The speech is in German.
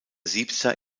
siebter